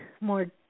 more